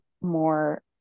more